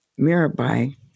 Mirabai